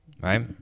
Right